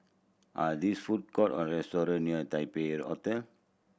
are this food court or restaurant near Taipei Hotel